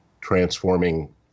transforming